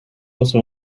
also